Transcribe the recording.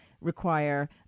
require